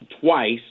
twice